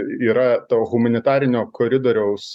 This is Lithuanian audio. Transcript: yra to humanitarinio koridoriaus